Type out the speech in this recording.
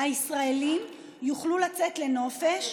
הישראלים יוכלו לצאת לנופש,